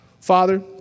Father